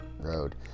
road